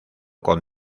con